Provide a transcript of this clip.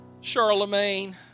Charlemagne